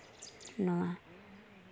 ᱱᱚᱣᱟ